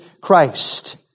Christ